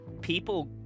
people